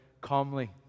calmly